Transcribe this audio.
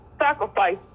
sacrifice